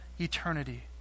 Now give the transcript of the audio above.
eternity